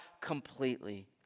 completely